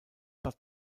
bad